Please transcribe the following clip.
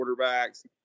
quarterbacks